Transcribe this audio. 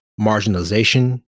marginalization